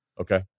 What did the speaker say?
Okay